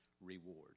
reward